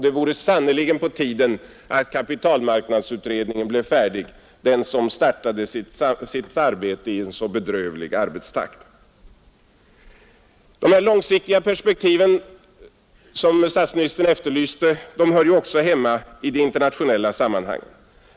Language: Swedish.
Det vore sannerligen på tiden att kapitalmarknadsutredningen, som startade sitt arbete i en så bedrövlig takt, blev färdig. De långsiktiga perspektiv som statsministern efterlyste hör ju också hemma i det internationella sammanhanget.